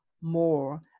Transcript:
more